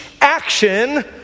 action